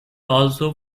also